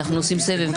אנחנו עושים סבב.